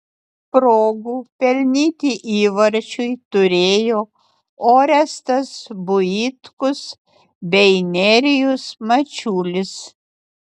progų pelnyti įvarčiui turėjo orestas buitkus bei nerijus mačiulis